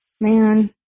Man